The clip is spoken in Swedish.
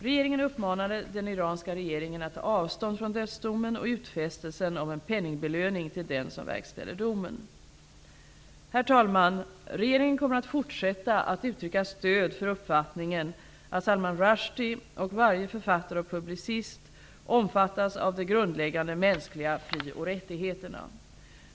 Regeringen uppmanade den iranska regeringen att ta avstånd från dödsdomen och från utfästelsen om en penningbelöning till den som verkställer domen. Herr talman! Regeringen kommer att fortsätta att uttrycka stöd för uppfattningen att Salman Rushdie, och varje författare och publicist, omfattas av de grundläggande mänskliga fri och rättigheterna.